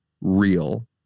real